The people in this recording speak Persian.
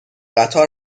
قطار